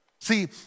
See